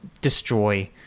destroy